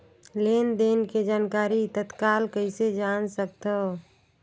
लेन देन के जानकारी तत्काल कइसे जान सकथव?